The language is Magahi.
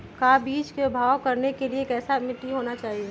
का बीज को भाव करने के लिए कैसा मिट्टी होना चाहिए?